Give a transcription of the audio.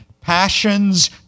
passions